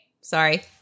sorry